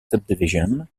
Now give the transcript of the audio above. subdivision